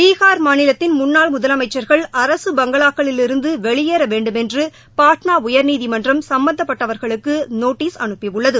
பீகார் மாநிலத்தின் முன்னாள் முதலமைச்சர்கள் அரசு பங்களாக்களிலிரந்து வெளியேற வேண்டுமென்று பாட்னா உயா்நீதிமன்றம் சம்பந்தப்பட்டவா்களுக்கு நோட்டீஸ் அனுப்பியுள்ளது